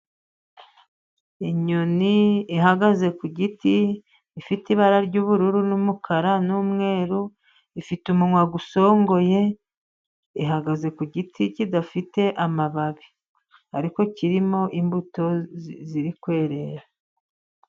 Inyoni ihagaze ku giti, ifite ibara ry'ubururu, n'umukara, n'umweru, ifite umunwa usongoye, ihagaze ku giti kidafite amababi, ariko kirimo imbuto ziri kwerera.